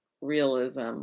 realism